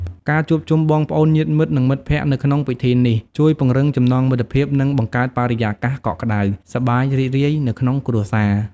ការជួបជុំបងប្អូន ញាតិមិត្ត និងមិត្តភ័ក្តិនៅក្នុងពិធីនេះ ជួយពង្រឹងចំណងមិត្តភាព និងបង្កើតបរិយាកាសកក់ក្ដៅ សប្បាយរីករាយនៅក្នុងគ្រួសារ។